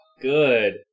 good